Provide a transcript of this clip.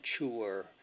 mature